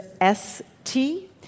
S-T